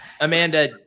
Amanda